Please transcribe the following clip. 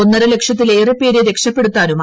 ഒന്നരലക്ഷത്തിലേറെ പേരെ രക്ഷപ്പെടുത്താനുമായി